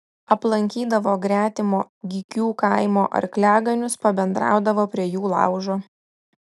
aplankydavo gretimo gykių kaimo arkliaganius pabendraudavo prie jų laužo